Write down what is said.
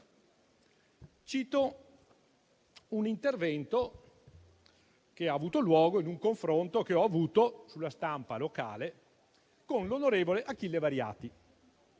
Cito un intervento che ha avuto luogo in un confronto che ho avuto sulla stampa locale con l'onorevole Achille Variati,